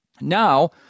Now